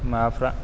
माबाफ्रा